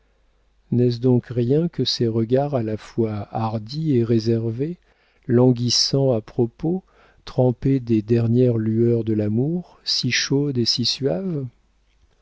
n'est-ce donc rien que ces regards à la fois hardis et réservés languissants à propos trempés des dernières lueurs de l'amour si chaudes et si suaves